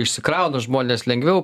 išsikrauna žmonės lengviau